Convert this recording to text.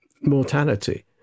mortality